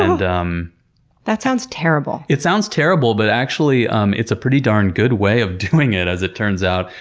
and um that sounds terrible. it sounds terrible, but actually um it's a pretty darn good way of doing it, as it turns out.